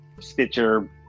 stitcher